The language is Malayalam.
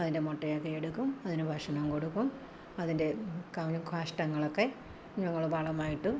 അതിൻ്റെ മുട്ടയൊക്കെ എടുക്കും അതിനു ഭക്ഷണം കൊടുക്കും അതിൻ്റെ ക കാഷ്ടങ്ങളൊക്കെ ഞങ്ങൾ വളമായിട്ട്